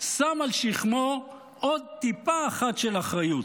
שם על שכמו עוד טיפה אחת של אחריות.